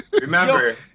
remember